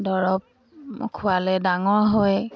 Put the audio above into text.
দৰৱ খোৱালে ডাঙৰ হয়